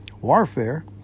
warfare